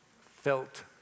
felt